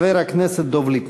חבר הכנסת דב ליפמן.